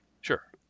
Sure